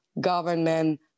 government